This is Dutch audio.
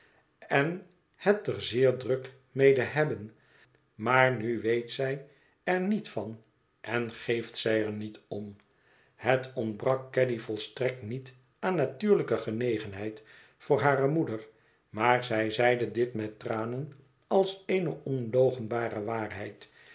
en het er zeer druk mede hebben maar nu weet zij er niet van en geeft zij er niet om het ontbrak caddy volstrekt niet aan natuurlijke genegenheid voor hare moeder maar zij zeide dit met tranen als eene onloochenbare waarheid